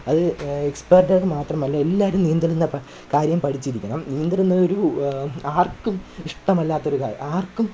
അത് എക്സ്പ്പേട്ട്കാര്ക്ക് മാത്രമല്ല എല്ലാവരും നീന്തൽ എന്ന കാര്യം പഠിച്ചിരിക്കണം നീന്തൽ എന്ന ഒരു ആര്ക്കും ഇഷ്ടമല്ലാത്ത ഒരു കാര്യം ആര്ക്കും